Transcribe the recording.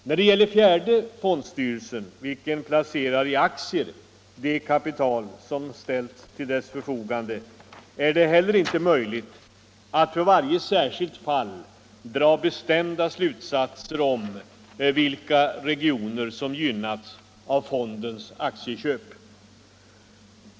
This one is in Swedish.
När det gäller fjärde fondstyrelsen, vilken placerar det kapital som ställts till dess förfogande i aktier, är det heller inte möjligt att för varje särskilt fall dra bestämda slutsatser om vilka regioner som gynnats av fondens aktieköp.